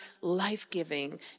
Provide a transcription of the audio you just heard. life-giving